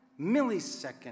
millisecond